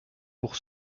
pour